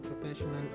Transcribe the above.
professional